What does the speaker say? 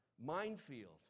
minefield